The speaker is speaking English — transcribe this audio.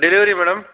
delivery madam